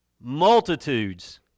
multitudes